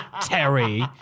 Terry